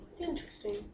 interesting